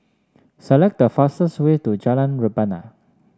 select the fastest way to Jalan Rebana